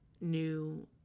new